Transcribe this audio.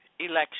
Election